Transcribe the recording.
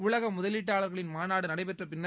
உலக முதலீட்டாளர்களின் மாநாடு நடைபெற்ற பின்னர்